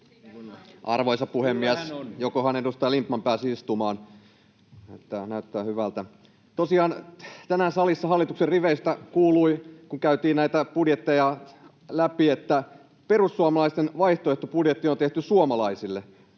Arvoisa puhemies! Jokohan edustaja Lindtman pääsi istumaan? Tämähän näyttää hyvältä. — Tosiaan kun tänään salissa käytiin näitä budjetteja läpi, hallituksen riveistä kuului, että perussuomalaisten vaihtoehtobudjetti on tehty suomalaisille.